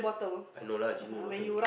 I know lah genie water